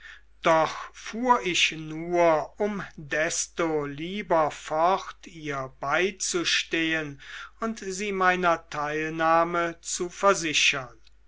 doch fuhr ich nur um desto lieber fort ihr beizustehen und sie meiner teilnahme zu versichern